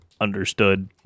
Understood